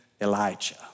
Elijah